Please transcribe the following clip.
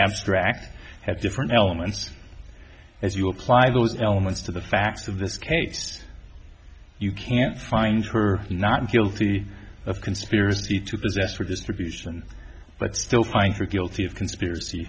abstract have different elements as you apply those elements to the facts of this case you can't find her not guilty of conspiracy to possess or distribution but still find her guilty of conspiracy